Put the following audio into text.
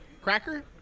cracker